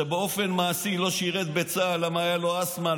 שבאופן מעשי לא שירת בצה"ל כי הייתה לו אסתמה,